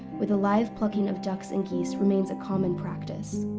where the live plucking of ducks and geese remains a common practice.